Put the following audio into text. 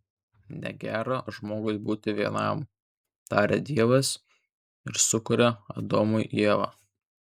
negera žmogui būti vienam taria dievas ir sukuria adomui ievą